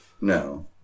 no